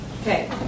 Okay